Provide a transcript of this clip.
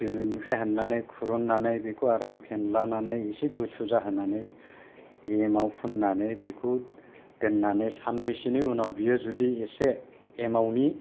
दोनिफ्राय हाननानै खुरननानै बेखौ आराम फेनलानानै एसे गुसु जाहोनानै एमाव फुननानै दोननानै साननैसोनि उनाव बेयो जुदि एसे एमावनि